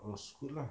it was good lah